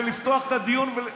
ולפתוח את הדיון,